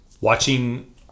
Watching